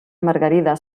margarida